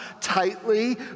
tightly